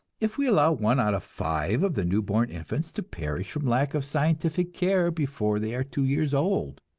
if we allow one out of five of the new-born infants to perish from lack of scientific care before they are two years old?